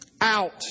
out